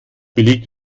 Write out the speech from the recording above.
belegt